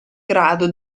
grado